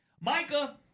Micah